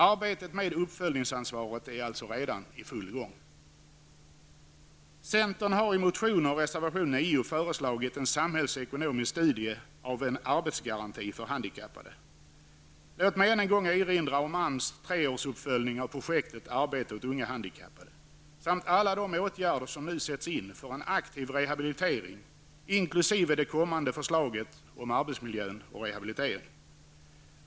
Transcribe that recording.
Arbetet med uppföljningsansvaret är alltså redan i full gång. föreslagit en samhällsekonomisk studie av en arbetsgaranti för handikappade. Låt mig än en gång erinra om AMS treårsuppföljning av projektet Arbete åt unga handikappade och om alla de åtgärder som nu sätts in för en aktiv rehabilitering inkl. det kommande förslaget om arbetsmiljön och rehabilitering.